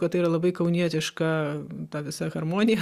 kad tai yra labai kaunietiška ta visa harmonija